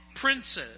princes